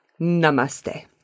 namaste